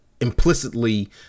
implicitly